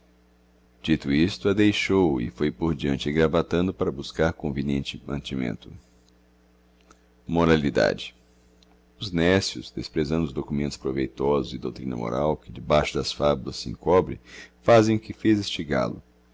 dito isto a deixou e foi por diante esgravatando para buscar conveniente mantimento os necios despresando os documentos proveitosos e doutrina moral que debaixo das fabulas so encobre fazem o que fez este gallo